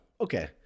okay